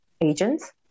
agents